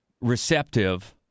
receptive